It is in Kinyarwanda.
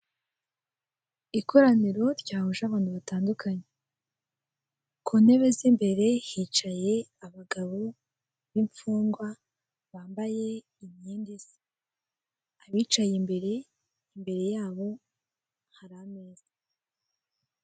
Ikoraniro ryahuje abantu batandukanye, ku ntebe z'imbere hicaye abagabo b'imfungwa bambaye imyenda isa abicaye imbere, imbere yabo hari ameza.